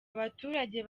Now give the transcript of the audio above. abaturage